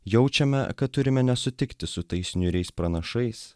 jaučiame kad turime nesutikti su tais niūriais pranašais